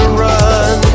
run